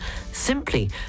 simply